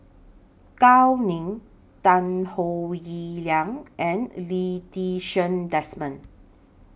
Gao Ning Tan Howe Liang and Lee Ti Seng Desmond